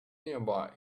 nearby